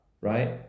Right